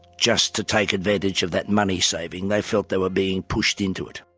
just to take advantage of that money saving, they felt they were being pushed into it.